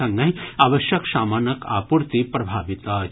संगहि आवश्यक सामानक आपूर्ति प्रभावित अछि